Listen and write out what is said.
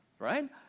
right